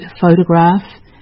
photograph